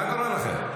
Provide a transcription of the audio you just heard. מה קורה לכם?